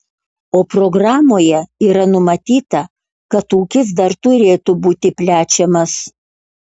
o programoje yra numatyta kad ūkis dar turėtų būti plečiamas